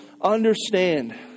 understand